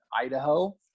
Idaho